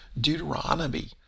Deuteronomy